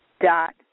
dot